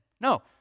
No